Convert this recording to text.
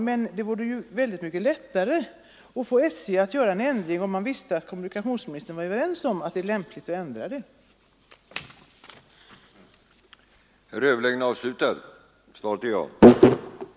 Men det vore ju mycket lättare för SJ att göra en ändring om man visste att kommunikationsministern var överens med mig om att det är lämpligt att ändra bestämmelserna.